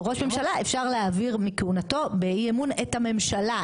ראש ממשלה אפשר להעביר מכהונתו באי אמון את הממשלה,